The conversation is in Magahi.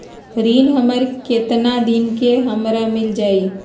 ऋण हमर केतना दिन मे हमरा मील जाई?